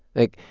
like,